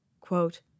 Quote